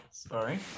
sorry